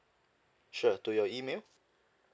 sure to your email